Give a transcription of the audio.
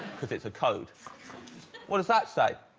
because it's a code what does that say?